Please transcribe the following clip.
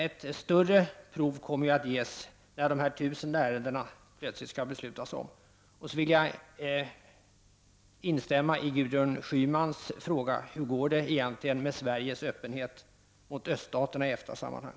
Ett större prov kommer att ges när det plötsligt skall beslutas om de här tusen ärendena. Jag vill också instämma i Gudrun Schymans fråga: Hur går det egentligen med Sveriges öppenhet mot Östeuropa i EFTA-sammanhang?